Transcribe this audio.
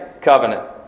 covenant